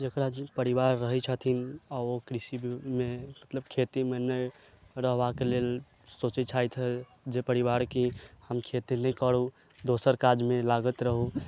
जेकरा जे परिवार रहय छथिन आ ओ कृषि मे मतलब खेती मे नहि रहबा के लेल सोचय छथि जे परिवार की हम खेती नहि करू दोसर काज मे लागैत रहू